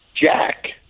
Jack